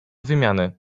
wymiany